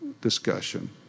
discussion